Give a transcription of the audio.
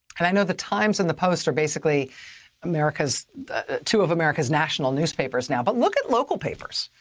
and i know the times and the post are basically america's two of america's national newspapers now, but look at local papers,